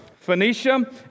Phoenicia